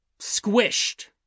squished